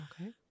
Okay